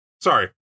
Sorry